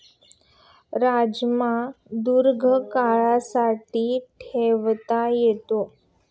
राजमा दीर्घकाळासाठी ठेवता येतो